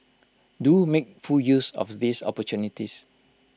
do make full use of these opportunities